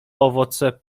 owoce